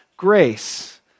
grace